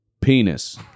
penis